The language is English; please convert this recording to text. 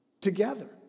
Together